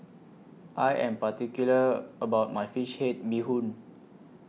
I Am particular about My Fish Head Bee Hoon